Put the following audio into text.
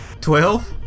Twelve